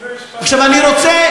זה משפט,